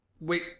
Wait